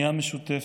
לבנייה משותפת,